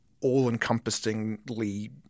all-encompassingly